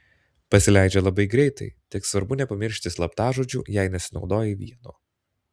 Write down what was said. pasileidžia labai greitai tik svarbu nepamiršti slaptažodžių jei nesinaudoji vienu